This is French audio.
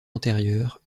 antérieure